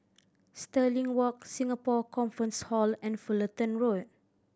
Stirling Walk Singapore Conference Hall and Fullerton Road